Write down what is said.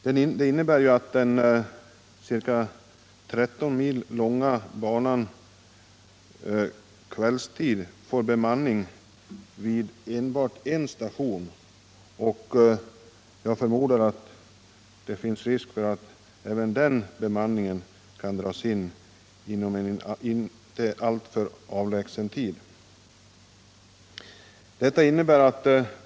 Det innebär ju att den ca 13 mil långa banan kvällstid får bemanning vid enbart en station, och jag förmodar att det finns risk för att även den bemanningen kan dras in inom en inte alltför avlägsen framtid.